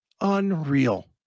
Unreal